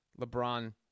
LeBron